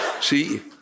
See